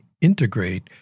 integrate